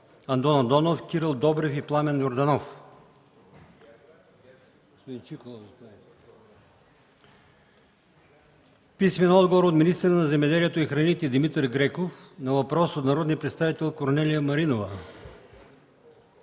Андон Андонов, Кирил Добрев и Пламен Йорданов; - министъра на земеделието и храните Димитър Греков на въпрос от народния представител Корнелия Маринова;